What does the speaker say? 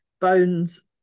bones